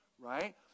Right